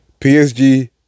PSG